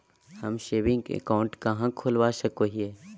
हम saving account कहाँ खोलवा सको हियै?